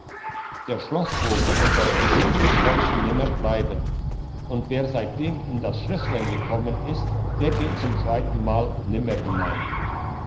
der schlossvogt und das gesinde konnten nimmer bleiben und wer seitdem in das schlösslein gekommen ist der geht zum zweiten mal nimmer hinein